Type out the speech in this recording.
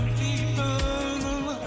people